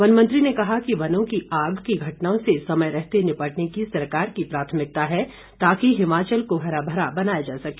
one मंत्री ने कहा कि वनों की आग की घटनाओं से समय रहते निपटने की सरकार की प्राथमिकता है ताकि हिमाचल को हरा भरा बनाया जा सके